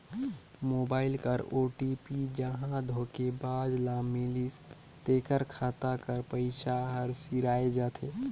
mobile कर OTP जहां धोखेबाज ल मिलिस तेकर खाता कर पइसा हर सिराए जाथे